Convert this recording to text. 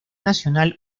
nacional